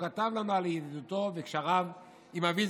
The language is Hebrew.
והוא כתב לנו על ידידותו וקשריו עם אבי,